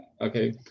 Okay